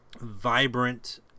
vibrant